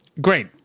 great